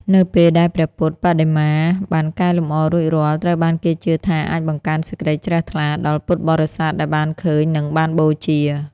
នៅពេលដែលព្រះពុទ្ធបដិមាបានកែលម្អរួចរាល់ ត្រូវបានគេជឿថាអាចបង្កើនសេចក្តីជ្រះថ្លា ដល់ពុទ្ធបរិស័ទដែលបានឃើញ និងបានបូជា។